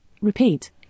repeat